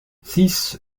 six